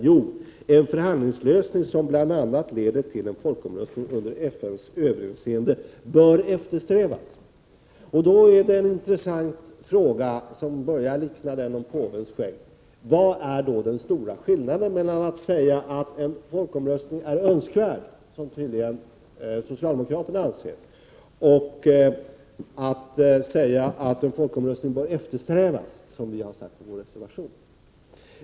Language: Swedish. Jo, att en förhandlingslösning som bl.a. leder till en folkomröstning under FN:s överinseende bör eftersträvas. Då uppstår en intressant fråga, som börjar likna den om påvens skägg: Vari ligger den stora skillnaden mellan att säga att en folkomröstning är önskvärd, som socialdemokraterna tydligen anser, och att säga att en folkomröstning bör eftersträvas, som vi har sagt i vår reservation?